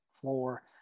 floor